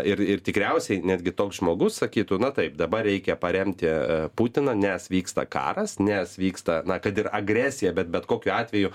ir ir tikriausiai netgi toks žmogus sakytų na taip dabar reikia paremti putiną nes vyksta karas nes vyksta na kad ir agresija bet bet kokiu atveju